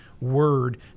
word